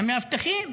עם מאבטחים,